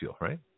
right